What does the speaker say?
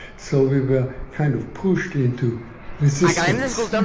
so we were kind of pushed into resistance.